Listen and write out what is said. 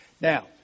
Now